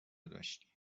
داشتی